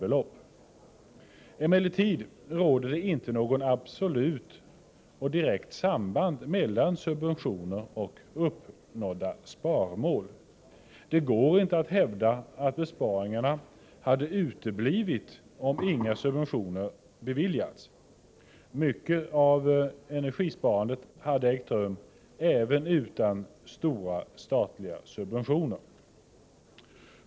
Det råder emellertid inte något absolut och direkt samband med subventioner och uppnådda sparmål. Det går inte att hävda att besparingarna skulle ha uteblivit, om inga subventioner hade beviljats. Mycket av energisparandet skulle ha ägt rum även utan stora statliga subventioner.